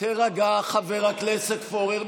תירגע, חבר הכנסת פורר.